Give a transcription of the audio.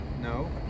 No